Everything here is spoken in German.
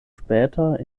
später